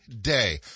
day